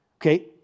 Okay